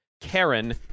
Karen